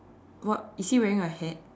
what is he wearing a hat